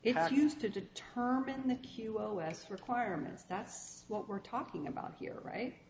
not used to determine that he will last requirements that's what we're talking about here right